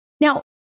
Now